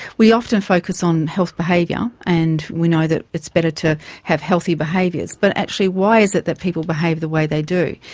we often focus on health behaviour, and we know that it's better to have healthy behaviours. but actually why is it that people behave the way they do?